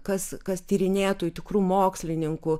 kas kas tyrinėtojų tikrų mokslininkų